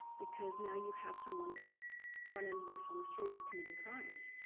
because now, you have someone that's running loose on the streets committing crimes.